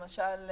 למשל,